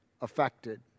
affected